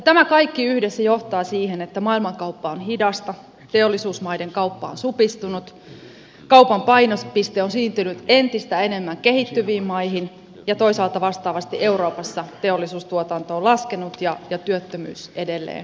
tämä kaikki yhdessä johtaa siihen että maailmankauppa on hidasta teollisuusmaiden kauppa on supistunut kaupan painopiste on siirtynyt entistä enemmän kehittyviin maihin ja toisaalta vastaavasti euroopassa teollisuustuotanto on laskenut ja työttömyys edelleen kasvanut